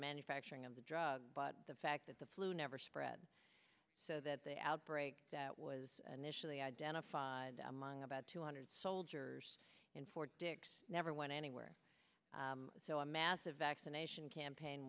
manufacturing of the drug but the fact that the flu never spread so that the outbreak that was initially identified among about two hundred soldiers in fort dix never went anywhere so a massive vaccination campaign